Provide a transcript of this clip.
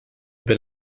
been